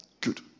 Good